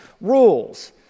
rules